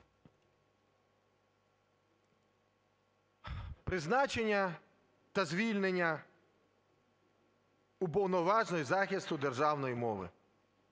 Призначення та звільнення Уповноваженого із захисту державної мови.